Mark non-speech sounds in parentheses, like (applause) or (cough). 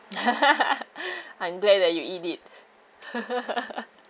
(laughs) (breath) I'm glad that you eat it (laughs)